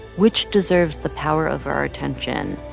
which deserves the power of our attention.